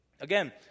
Again